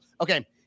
Okay